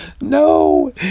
No